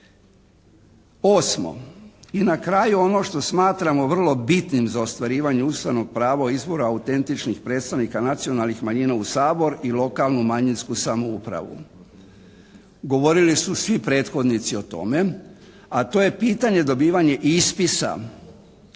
Osmo, i na kraju ono što smatramo vrlo bitnim za ostvarivanje ustavnog prava izvor autentičnih predstavnika nacionalnih manjina u Sabor i lokalnu, manjinsku samoupravu. Govorili su svi prethodnici o tome, a to je pitanje dobivanja ispisa